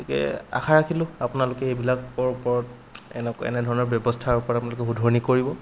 গতিকে আশা ৰাখিলোঁ আপোনালোকে এইবিলাক ওপৰত এনে ধৰণৰ ব্যৱস্থাৰ ওপৰত আপোনালোকে শুধৰণি কৰিব